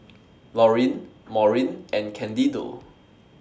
Laurine Maurine and Candido